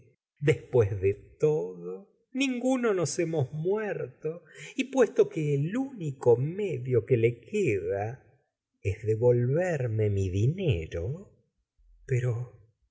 después de todo ninguno nos hemos muerto y puesto que el único medio que le queda es devolverme mi dinero pero